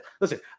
listen